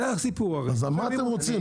אז מה אתם רוצים?